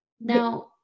now